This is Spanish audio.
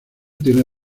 tiene